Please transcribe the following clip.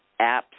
apps